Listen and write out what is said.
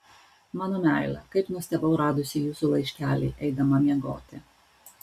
mano meile kaip nustebau radusi jūsų laiškelį eidama miegoti